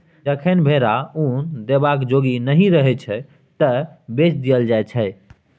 जखन भेरा उन देबाक जोग नहि रहय छै तए बेच देल जाइ छै